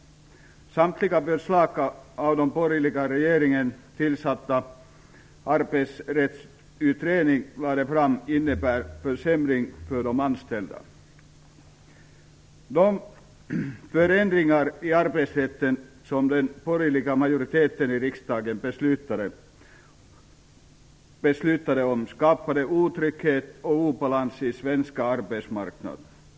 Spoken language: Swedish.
Samtliga förslag som den av den borgerliga regeringen tillsatta Arbetsrättsutredningen lade fram innebär försämring för de anställda. De förändringar i arbetsrätten som den borgerliga majoriteten i riksdagen beslutade om skapade otrygghet och obalans på den svenska arbetsmarknaden.